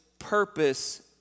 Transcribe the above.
purpose